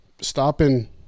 stopping